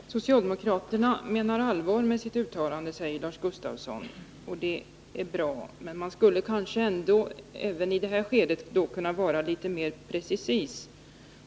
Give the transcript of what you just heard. Herr talman! Socialdemokraterna menar allvar med sitt uttalande, säger Lars Gustafsson, och det är bra. Men man skulle kanske ändå i detta skede kunna vara litet mer precis.